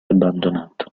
abbandonato